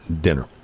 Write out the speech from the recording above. dinner